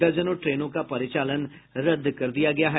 दर्जनों ट्रेनों का परिचालन रद्द कर दिया गया है